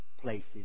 places